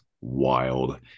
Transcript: wild